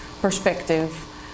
perspective